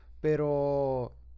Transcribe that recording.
Pero